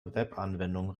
webanwendung